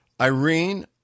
Irene